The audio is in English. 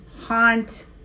haunt